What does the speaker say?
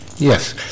Yes